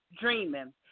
Dreaming